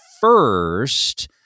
first